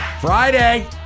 Friday